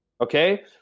okay